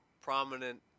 prominent